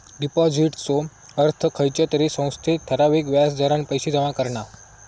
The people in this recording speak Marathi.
डिपाॅजिटचो अर्थ खयच्या तरी संस्थेत ठराविक व्याज दरान पैशे जमा करणा